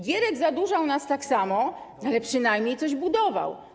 Gierek zadłużał nas tak samo, ale przynajmniej, coś budował.